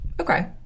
okay